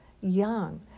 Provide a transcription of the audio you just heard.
young